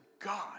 God